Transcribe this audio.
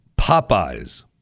Popeyes